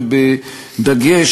ובדגש,